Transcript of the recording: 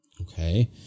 Okay